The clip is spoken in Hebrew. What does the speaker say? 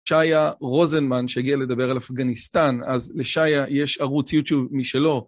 שעיה רוזנמן שהגיע לדבר על אפגניסטן, אז לשעיה יש ערוץ יוטיוב משלו.